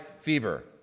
fever